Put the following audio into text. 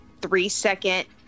three-second